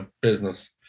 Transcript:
business